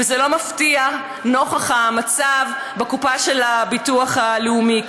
וזה לא מפתיע נוכח המצב בקופה של הביטוח הלאומי.